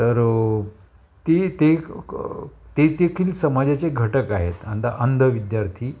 तर ते एक देखील समाजाचे घटक आहेत अंदा अंध विद्यार्थी